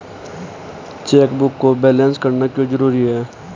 Chequebook को balance करना क्यों जरूरी है?